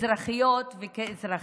כאזרחיות וכאזרחים.